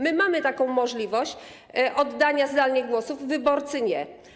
My mamy możliwość oddania zdalnie głosów, wyborcy - nie.